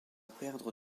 perdre